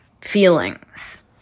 feelings